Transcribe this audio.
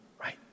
Right